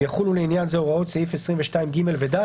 ויחולו לעניין זה הוראות סעיף 22(ג) ו-(ד).